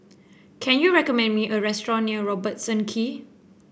can you recommend me a restaurant near Robertson Quay